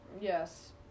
Yes